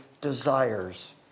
desires